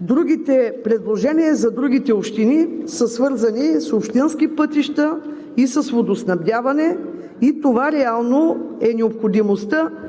Другите предложения за другите общини са свързани с общински пътища, с водоснабдяване и това реално показва необходимостта,